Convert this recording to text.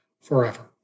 forever